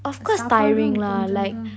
சாப்பாடும் கொஞ்சம் தான்:sapaadum konjam thaan